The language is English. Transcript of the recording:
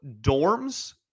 dorms